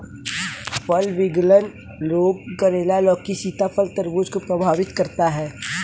फल विगलन रोग करेला, लौकी, सीताफल, तरबूज को प्रभावित करता है